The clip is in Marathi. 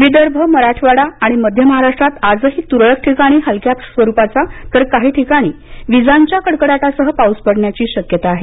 विदर्भ मराठवाडा आणि मध्य महाराष्ट्रात आजही तुरळक ठिकाणी हलक्या स्वरूपाचा तर काही ठिकाणी विजांच्या कडकडाटासह पाऊस पडण्याची शक्यता आहे